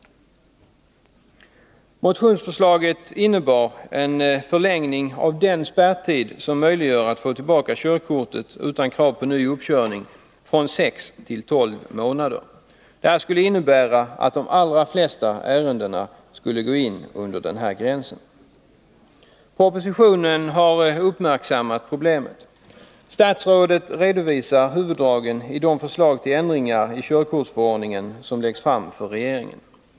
Motionsförslaget innebär en förlängning av spärrtiden, under vilken det är möjligt att få tillbaka körkortet utan krav på ny uppkörning, från sex till tolv månader. Det skulle innebära att de allra flesta ärenden skulle hamna inom den gränsen. I propositionen har man uppmärksammat problemet. Statsrådet redovisar huvuddragen i de förslag till ändringar i körkortsförordningen som läggs fram för regeringen.